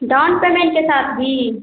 down payment के साथ भी